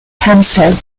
hempstead